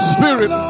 Spirit